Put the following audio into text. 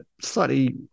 slightly